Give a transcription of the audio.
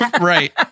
Right